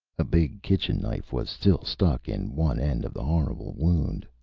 a big kitchen knife was still stuck in one end of the horrible wound.